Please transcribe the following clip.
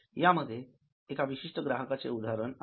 यामध्ये एका विशिष्ट ग्राहकाचे उदाहरण आहे